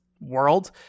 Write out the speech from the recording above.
world